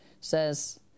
says